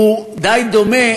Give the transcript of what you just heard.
שהוא די דומה